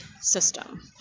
system